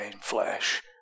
flesh